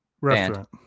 restaurant